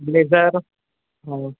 blazer सां हा